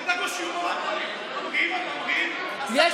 לא שומעים אתכם פה.